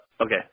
Okay